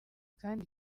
kandi